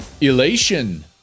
elation